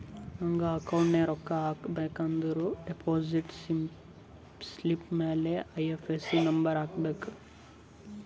ನಂಗ್ ಅಕೌಂಟ್ಗ್ ರೊಕ್ಕಾ ಹಾಕಬೇಕ ಅಂದುರ್ ಡೆಪೋಸಿಟ್ ಸ್ಲಿಪ್ ಮ್ಯಾಲ ಐ.ಎಫ್.ಎಸ್.ಸಿ ನಂಬರ್ ಹಾಕಬೇಕ